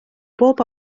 bob